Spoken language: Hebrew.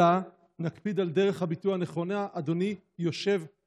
אלא נקפיד על דרך הביטוי הנכונה: "אדוני יושב-הראש",